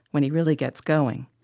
when he really gets going.